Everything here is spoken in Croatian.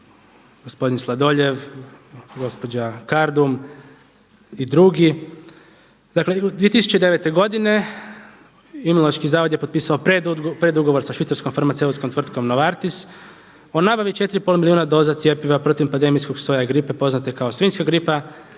gospodin Sladoljev, gospođa Kardum i drugi. Dakle, 2009. godine Imunološki zavod je potpisao predugovor sa švicarskom farmaceutskom tvrtkom Novartis o nabavi 4 i pol milijuna doza cjepiva protiv epidemijskog soja gripe poznate kao svinjska gripa